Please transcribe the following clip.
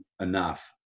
enough